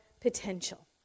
potential